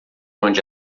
onde